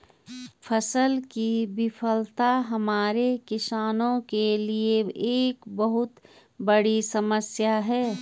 फसल की विफलता हमारे किसानों के लिए एक बहुत बड़ी समस्या है